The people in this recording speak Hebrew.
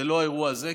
זה לא האירוע הזה,